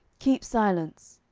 keep silence.